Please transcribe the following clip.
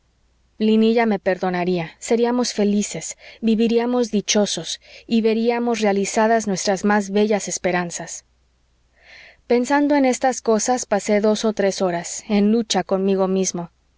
linilla me perdonaría seríamos felices viviríamos dichosos y veríamos realizadas nuestras más bellas esperanzas pensando en estas cosas pasé dos o tres horas en lucha conmigo mismo